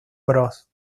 bros